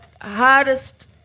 hardest